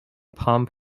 pump